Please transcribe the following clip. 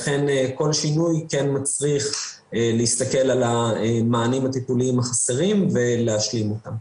לכן כל שינוי מצריך להסתכל על המענים הטיפולים החסרים ולהשלים אותם.